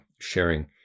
sharing